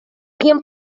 ким